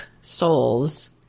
souls